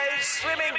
Swimming